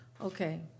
Okay